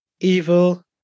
evil